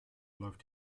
läuft